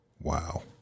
Wow